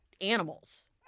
animals